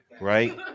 right